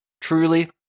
Truly